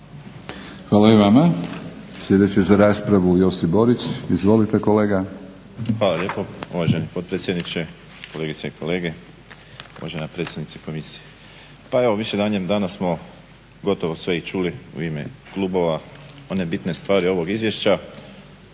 Hvala i vama. Sljedeći za raspravu Josip Borić. Izvolite kolega. **Borić, Josip (HDZ)** Hvala lijepo uvaženi potpredsjedniče, kolegice i kolege, uvažena predsjednice komisije. Pa evo mislim da ranije danas smo gotovo sve i čuli u ime klubova one bitne stvari ovog izvješća.